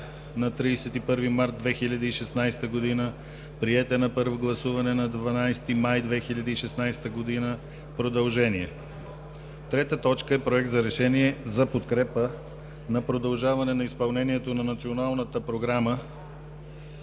на 31 март 2016 г. Приет е на първо гласуване на 12 май 2016 г., продължение. 3. Проект за решение за подкрепа на продължаване на изпълнението на Националната програма